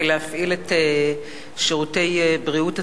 מלהפעיל את שירותי בריאות התלמיד,